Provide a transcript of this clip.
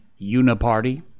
Uniparty